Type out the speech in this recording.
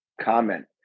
comment